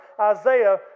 Isaiah